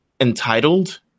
entitled